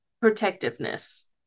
protectiveness